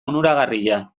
onuragarria